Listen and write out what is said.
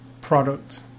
product